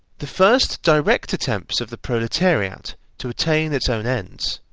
the first direct attempts of the proletariat to attain its own ends,